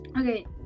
okay